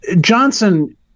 Johnson